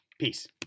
Peace